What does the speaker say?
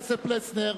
פלסנר,